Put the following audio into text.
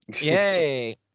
Yay